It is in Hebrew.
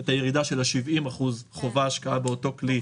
את הירידה של ה-70% חובה השקעה באותו כלי ל-30%.